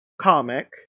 comic